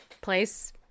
place